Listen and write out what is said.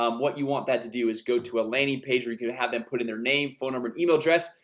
um what you want that to do is go to a landing page where you can have them put in their name phone number email address?